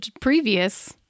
previous